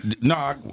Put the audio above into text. no